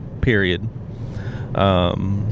Period